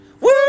Woo